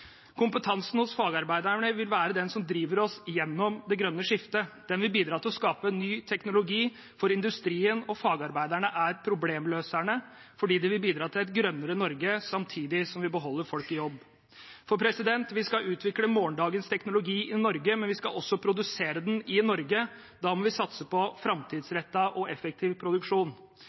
Kompetansen hos fagarbeiderne vil være det som driver oss gjennom det grønne skiftet. Den vil bidra til å skape ny teknologi. Industrien og fagarbeiderne er problemløserne, for de vil bidra til et grønnere Norge samtidig som vi vil beholde folk i jobb. Vi skal utvikle morgendagens teknologi i Norge, men vi skal også produsere den i Norge. Da må vi satse på framtidsrettet og effektiv produksjon.